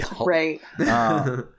right